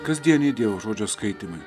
kasdieniai dievo žodžio skaitymai